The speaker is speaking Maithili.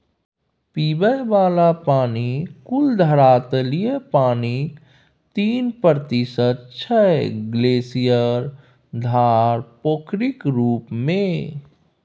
पीबय बला पानि कुल धरातलीय पानिक तीन प्रतिशत छै ग्लासियर, धार, पोखरिक रुप मे